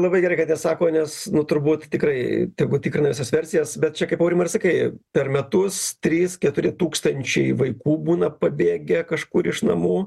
labai gerai kad nesako nes nu turbūt tikrai tegu tikrina visas versijas bet čia kaip aurimai ir sakai per metus trys keturi tūkstančiai vaikų būna pabėgę kažkur iš namų